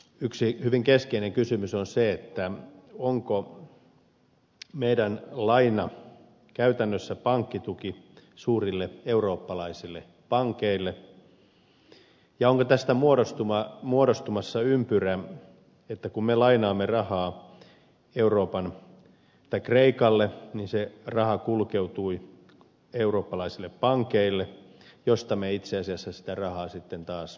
yksi hyvin keskeinen kysymys on se onko meidän laina käytännössä pankkituki suurille eurooppalaisille pankeille ja onko tästä muodostumassa ympyrä että kun me lainaamme rahaa kreikalle niin se raha kulkeutuu eurooppalaisille pankeille joista me itse asiassa sitä rahaa sitten taas nostamme